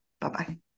Bye-bye